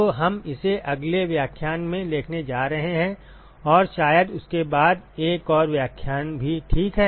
तो हम इसे अगले व्याख्यान में देखने जा रहे हैं और शायद उसके बाद एक और व्याख्यान भी ठीक है